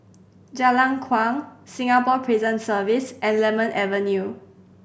Jalan Kuang Singapore Prison Service and Lemon Avenue